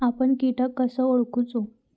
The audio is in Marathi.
आपन कीटक कसो ओळखूचो?